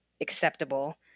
acceptable